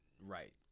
right